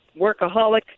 Workaholic